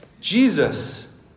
Jesus